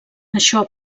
això